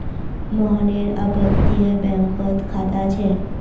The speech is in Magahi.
मोहनेर अपततीये बैंकोत खाता छे